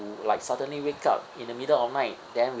like suddenly wake up in the middle of night then we